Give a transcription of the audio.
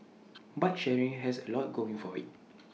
bike sharing has A lot going for IT